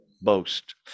Boast